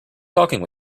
talking